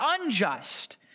unjust